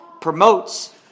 promotes